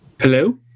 hello